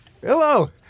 Hello